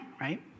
right